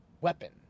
weapon